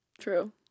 True